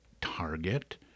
target